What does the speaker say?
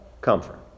comfort